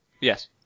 Yes